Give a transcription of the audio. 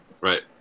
Right